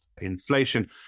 inflation